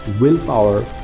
willpower